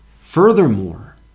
Furthermore